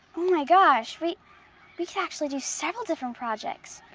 oh my gosh, we we could actually do several different projects.